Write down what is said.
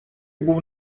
був